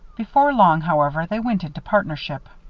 before long, however, they went into partnership.